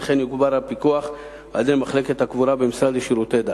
וכן יוגבר הפיקוח על-ידי מחלקת הקבורה במשרד לשירותי דת.